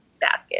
basket